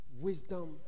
wisdom